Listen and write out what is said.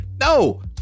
No